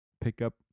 pickup